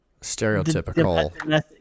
stereotypical